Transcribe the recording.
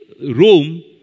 room